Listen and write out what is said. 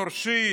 שורשי,